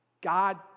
God